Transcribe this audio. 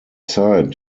zeit